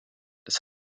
das